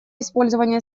использования